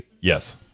Yes